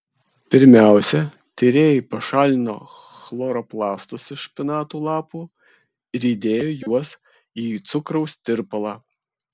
pirmiausia tyrėjai pašalino chloroplastus iš špinatų lapų ir įdėjo juos į cukraus tirpalą